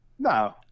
No